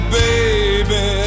baby